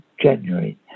January